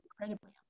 incredibly